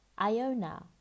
Iona